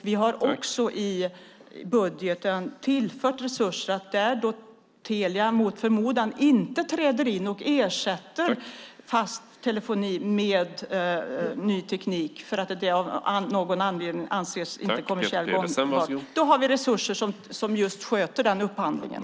Vi har i budgeten tillfört resurser för upphandling i de fall då Telia mot förmodan inte träder in och ersätter fast telefon med ny teknik för att det av någon anledning inte anses kommersiellt gångbart.